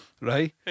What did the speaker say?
Right